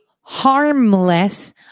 harmless